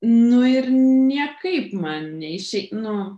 nu ir niekaip man neišein nu